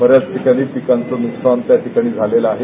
बऱ्याचशा ठिकाणी पिकांचं नुकसान त्या ठिकाणी झालेलं आहे